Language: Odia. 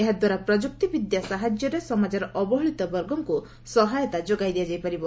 ଏହାଦ୍ୱାରା ପ୍ରଯୁକ୍ତି ବିଦ୍ୟା ସାହାଯ୍ୟରେ ସମାଜର ଅବହେଳିତ ବର୍ଗଙ୍କୁ ସହାୟତା ଯୋଗାଇ ଦିଆଯାଇପାରିବ